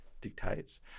dictates